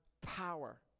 power